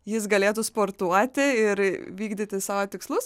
jis galėtų sportuoti ir vykdyti savo tikslus